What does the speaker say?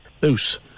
loose